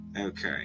okay